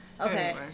Okay